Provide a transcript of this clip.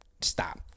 stop